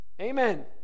Amen